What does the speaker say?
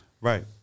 Right